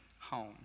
home